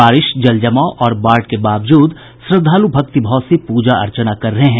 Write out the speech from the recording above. बारिश जलजमाव और बाढ़ के बावजूद श्रद्धालु भक्तिभाव से पूजा अर्चना कर रहे हैं